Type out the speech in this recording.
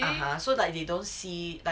so like they don't see like